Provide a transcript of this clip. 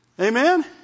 Amen